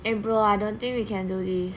eh bro I don't think we can do this